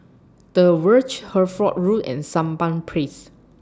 The Verge Hertford Road and Sampan Place